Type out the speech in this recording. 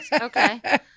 Okay